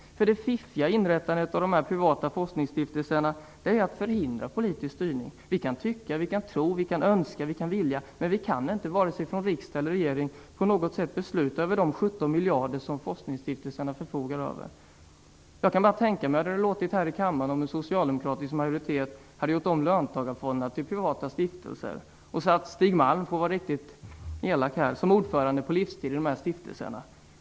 Det fiffiga i inrättandet av dessa privata forskningsstiftelserna är att förhindra politisk styrning. Vi kan tycka, vi kan tro, vi kan önska, vi kan vilja, men vi kan varken från riksdag eller regering på något sätt besluta över de 17 miljarder som forskningsstiftelserna förfogar över. Jag kan bara tänka mig hur det hade låtit här i kammaren om en socialdemokratiskt majoritet hade gjort om löntagarfonderna till privata stiftelser och satt Stig Malm - för att vara riktigt elak - som ordförande på livstid i de här stiftelserna.